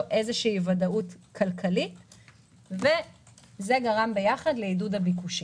איזו ודאות כלכלית וזה גרם ביחד לעידוד הביקושים.